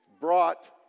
brought